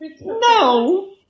No